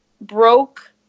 broke